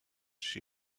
she